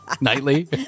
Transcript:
Nightly